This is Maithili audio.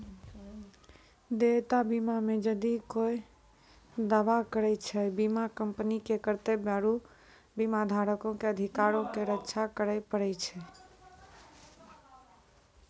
देयता बीमा मे जदि कोय दावा करै छै, बीमा कंपनी के कर्तव्य आरु बीमाधारको के अधिकारो के रक्षा करै पड़ै छै